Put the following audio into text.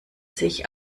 sich